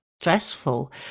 stressful